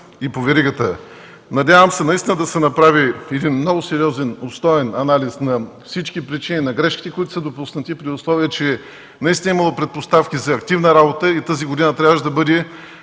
и по веригата. Надявам се наистина да се направи един много сериозен, обстоен анализ на всички причини за грешките, които са допуснати и при условие, че наистина е имало предпоставки за активна работа и тази година трябваше да бъде